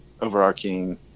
overarching